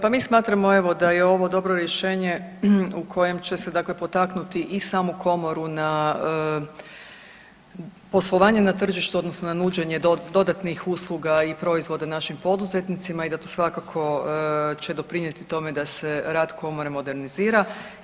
Pa mi smatramo evo da je ovo dobro rješenje u kojem će se dakle potaknuti i samu komoru na poslovanje na tržištu odnosno na nuđenje dodatnih usluga i proizvoda našim poduzetnicima i da to svakako će doprinijeti tome da se rad komore modernizira.